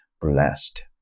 blessed